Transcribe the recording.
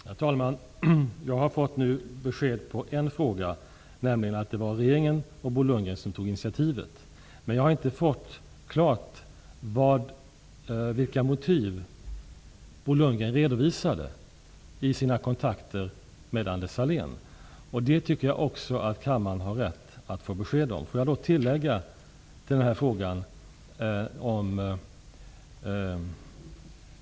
Herr talman! Jag har nu fått besked på en fråga, nämligen att det var regeringen och Bo Lundgren som tog initiativet. Men jag har inte fått reda på vilka motiv Bo Lundgren redovisade i sina kontakter med Anders Salhén. Det har kammaren också rätt att få besked om. Låt mig tillägga en fråga.